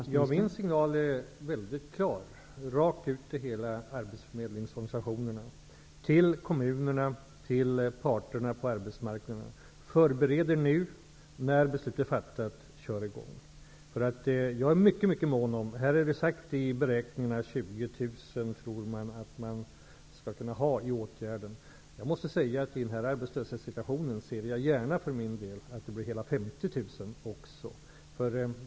Herr talman! Min signal är mycket klar, rakt ut till alla arbetsförmedlingsorganisationer, kommuner och parterna på arbetsmarknaden: Förbered er nu och kör i gång när beslutet är fattat! I beräkningarna har det sagts att man skall kunna ha 20 000 i åtgärden. I den arbetslöshetssituation som råder ser jag gärna att det blir hela 50 000.